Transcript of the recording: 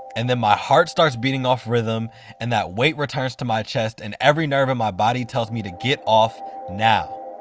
and then my heart starts beating off rhythm and that weight returns to my chest and every nerve in my body tells me to get off now.